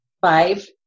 five